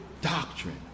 doctrine